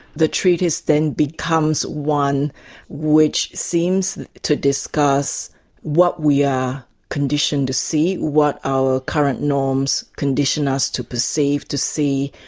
the treatise then becomes one which seems to discuss what we are conditioned to see, what our current norms condition us to perceive, to see,